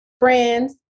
friends